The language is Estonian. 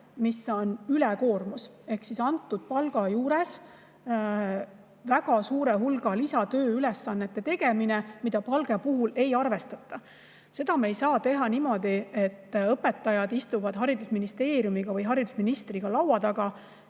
mis on ülekoormus ehk antud palga juures väga suure hulga lisatööülesannete täitmine, mida palga puhul ei arvestata, ei piisa sellest, et õpetajad istuvad haridusministeeriumi või haridusministriga laua taga.